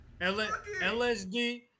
lsd